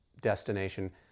destination